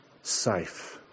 safe